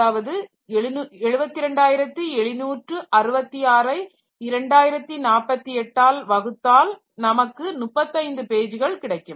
அதாவது 72766 ஐ 2048 ஆல் வகுத்தால் நமக்கு 35 பேஜ்கள் கிடைக்கும்